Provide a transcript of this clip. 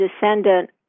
descendant